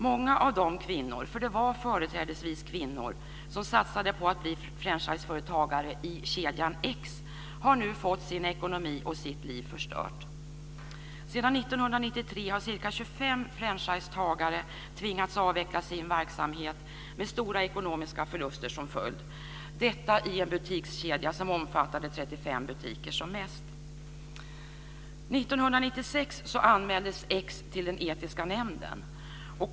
Många av de kvinnor, för det var företrädesvis kvinnor, som satsade på att bli franchiseföretagare i kedjan x har nu fått sin ekonomi och sitt liv förstört. Sedan 1993 har ca 25 franchisetagare tvingats avveckla sin verksamhet med stora ekonomiska förluster som följd, detta i en butikskedja som omfattade 35 År 1996 anmäldes x till den etiska nämnden.